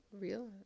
real